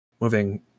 moving